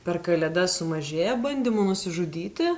per kalėdas sumažėja bandymų nusižudyti